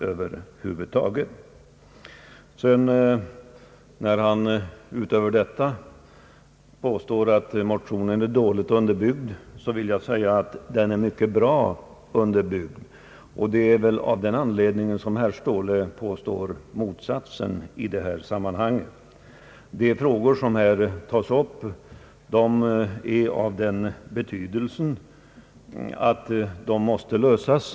När herr Ståhle dessutom påstår att sotionen är dåligt underbyggd, vill jag säga att den är mycket bra underbyggd, och att det väl är därför som herr Ståhle påstår motsatsen. De frågor som tas upp i motionen är av sådan betydelse att de måste lösas.